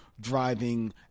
driving